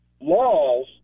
laws